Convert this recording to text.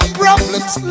problems